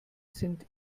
sind